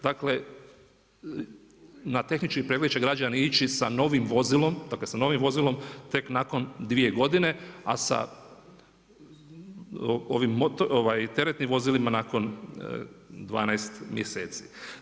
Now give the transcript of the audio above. Dakle na tehnički pregled će građani ići sa novim vozilom, dakle sa novim vozilom tek nakon 2 godine a sa teretnim vozilima nakon 12 mjeseci.